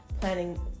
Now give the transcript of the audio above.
planning